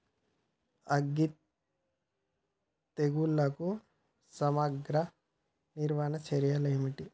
అగ్గి తెగులుకు సమగ్ర నివారణ చర్యలు ఏంటివి?